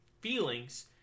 feelings